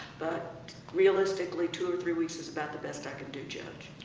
but realistically, two or three weeks is about the best i can do, judge.